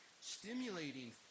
stimulating